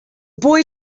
boy